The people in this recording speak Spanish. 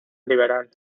liberal